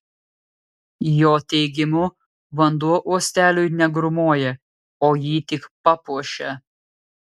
jo teigimu vanduo uosteliui negrūmoja o jį tik papuošia